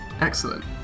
Excellent